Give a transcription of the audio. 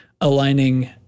aligning